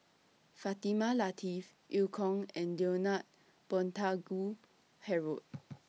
Fatimah Lateef EU Kong and Leonard Montague Harrod